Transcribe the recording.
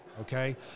okay